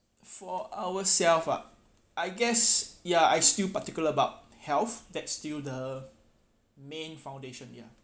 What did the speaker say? for ourself uh I guess ya I still particular about health that's still the main foundation ya